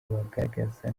bagaragaza